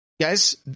guys